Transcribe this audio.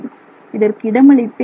இதற்கு இடம் அளித்தே ஆக வேண்டும்